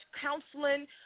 counseling